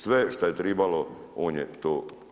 Sve šta je tribalo on je to.